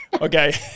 Okay